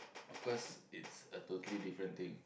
of course it's a totally different thing